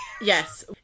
Yes